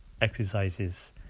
exercises